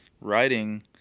writing